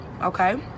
okay